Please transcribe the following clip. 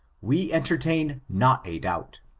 we entertain not a doubt.